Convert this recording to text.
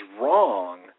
wrong